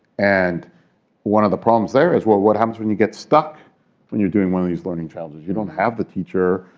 and one of the problems there is, well, what happens when you get stuck when you're doing one of these learning challenges? you don't have the teacher.